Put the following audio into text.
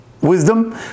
wisdom